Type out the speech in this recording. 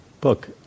book